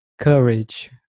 courage